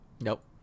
Nope